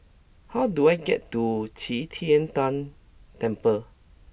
how do I get to Qi Tian Tan Temple